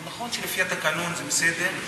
זה נכון שלפי התקנון זה בסדר,